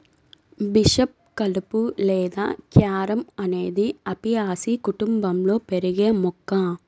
bishop కలుపు లేదా carom అనేది అపియాసి కుటుంబంలో పెరిగే మొక్క